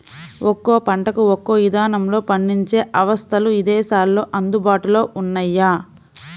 ఒక్కో పంటకు ఒక్కో ఇదానంలో పండించే అవస్థలు ఇదేశాల్లో అందుబాటులో ఉన్నయ్యి